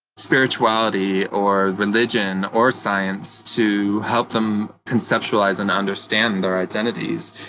spirituality, or religion, or science to help them conceptualize and understand their identities.